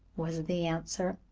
was the answer.